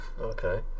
okay